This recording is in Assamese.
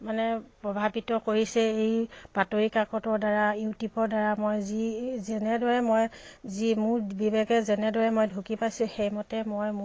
মানে প্ৰভাৱিত কৰিছে এই বাতৰিকাকতৰদ্বাৰা ইউটিউবৰদ্বাৰা মই যি যেনেদৰে মই যি মোৰ বিবেকে যেনেদৰে মই ঢুকি পাইছোঁ সেইমতে মই মোৰ